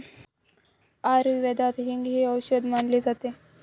आयुर्वेदात हिंग हे औषध मानले जाते